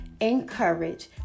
encourage